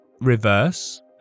reverse